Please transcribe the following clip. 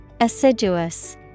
Assiduous